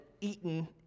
eaten